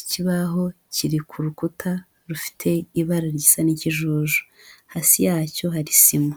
ikibaho kiri ku rukuta rufite ibara risa n'ikijuju, hasi yacyo hari sima.